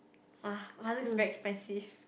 [wah] looks very expensive